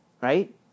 right